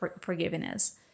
forgiveness